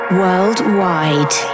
worldwide